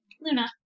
Luna